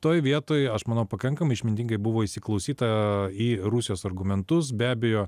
toj vietoj aš manau pakankamai išmintingai buvo įsiklausyta į rusijos argumentus be abejo